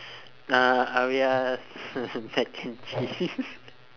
uh uh we are mac and cheese